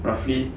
roughly